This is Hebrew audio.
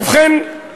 ובכן,